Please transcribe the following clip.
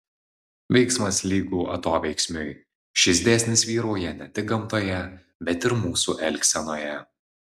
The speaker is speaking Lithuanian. veiksmas lygu atoveiksmiui šis dėsnis vyrauja ne tik gamtoje bet ir mūsų elgsenoje